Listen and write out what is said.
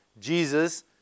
Jesus